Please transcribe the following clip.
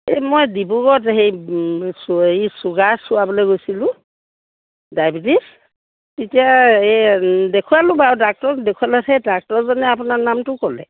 এই মই ডিব্ৰুগড়ত হেৰি এই চুগাৰ চোৱাবলে গৈছিলোঁ ডায়বেটিছ তেতিয়া এই দেখুৱালোঁ বাৰু ডাক্টৰক দেখুৱালত সেই ডাক্টৰজনে আপোনাৰ নামটো ক'লে